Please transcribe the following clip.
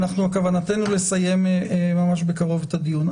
כוונתנו לסיים ממש בקרוב את הדיון.